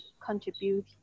contribute